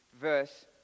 verse